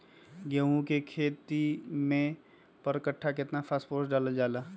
गेंहू के खेती में पर कट्ठा केतना फास्फोरस डाले जाला?